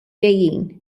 ġejjin